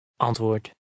Antwoord